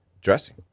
dressing